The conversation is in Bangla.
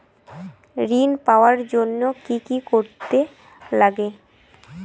ঋণ পাওয়ার জন্য কি কি করতে লাগে?